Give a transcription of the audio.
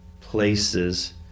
places